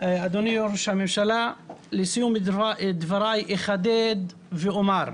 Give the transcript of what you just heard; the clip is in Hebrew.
אדוני ראש הממשלה, לסיום דבריי אחדד ואומר: